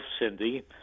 Cindy